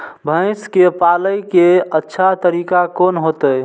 भैंस के पाले के अच्छा तरीका कोन होते?